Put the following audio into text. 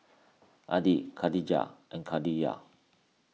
Adi Katijah and Khadija